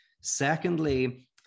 Secondly